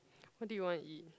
what do you want to eat